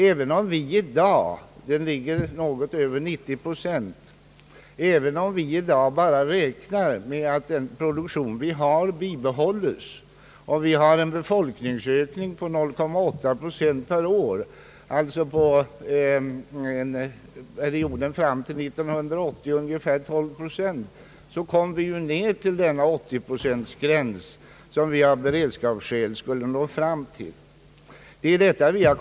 Även om vi i dag ligger något över 90 procent, behöver vi bara räkna med att den produktion vi har bibehålls samtidigt som vi får en fortsatt folkökning av 0,8 procent per år, d. v. s. fram till 1980 ungefär 12 procent, för att vi skall komma ned till de 80 procent som vi av beredskapsskäl bör ha kvar.